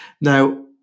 Now